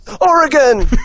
Oregon